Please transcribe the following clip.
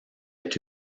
est